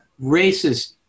racist